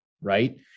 right